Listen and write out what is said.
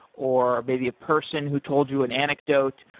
or maybe a person who told you an anecdote,